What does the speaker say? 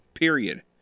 Period